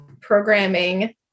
programming